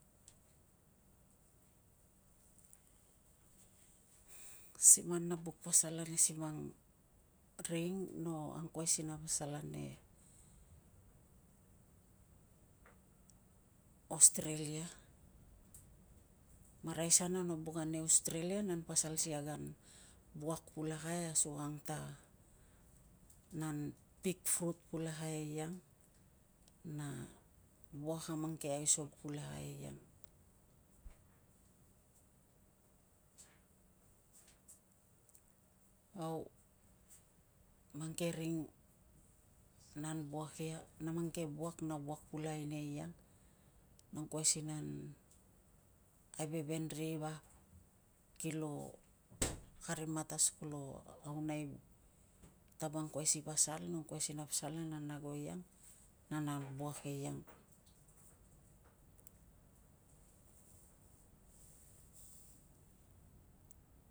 Si man no buk pasal ane mang ring no angkuai si na pasal ane ostrelia. Maraisa na no buk pasal ane osterelia nan pasal asi kag an wuak pulakai asukang ta nan pik frut pulakai eiang na wuak a mang ke aisog pulakai eiang. Au mang ke ring nan wuak pulakai nia eiang na angkuai si nan aiveven ri vap kilo kari matas kolo aunai tav angkoai si pasal na angkuai si na pasal na nan ago eiang na nan wuak eiang.